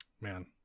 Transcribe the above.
Man